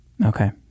Okay